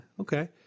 okay